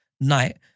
night